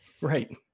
Right